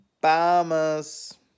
Bombers